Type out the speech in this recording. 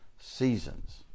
seasons